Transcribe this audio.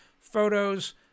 photos